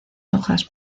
hojas